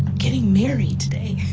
getting married today.